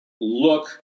look